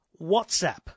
WhatsApp